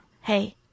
Hey